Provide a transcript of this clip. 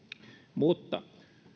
mutta